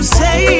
say